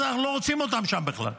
אנחנו לא רוצים אותם בכלל שם.